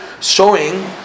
Showing